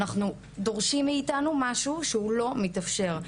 אנחנו מרגישות ויודעות שדורשים מאיתנו משהו שהוא לא מתאפשר.